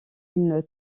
une